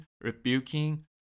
rebuking